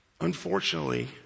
Unfortunately